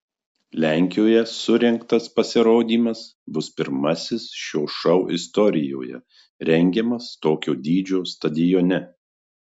lenkijoje surengtas pasirodymas bus pirmasis šio šou istorijoje rengiamas tokio dydžio stadione